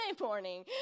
morning